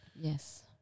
Yes